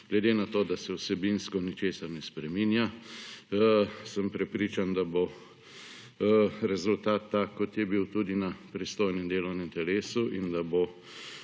glede na to, da se vsebinsko ničesar ne spreminja, sem prepričan, da bo rezultat tak, kot je bil tudi na pristojnem delovnem telesu in da bo